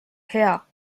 hea